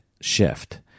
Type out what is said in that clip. shift